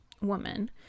woman